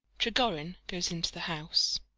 trigorin goes into the house.